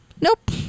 nope